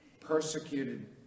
persecuted